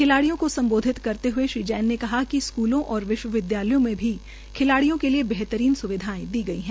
खिलाडियों को सम्बोधित करते हए श्री जैन ने कहा कि स्कूलों और विश्वविद्यालयों में भी खिलाडिय़ों के लिए बेहतरीन स्विधाएं दी गई है